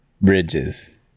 bridges